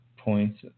Points